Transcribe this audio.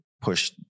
push